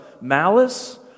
malice